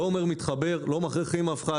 אני לא אומר מתחבר, לא מכריחים אף אחד.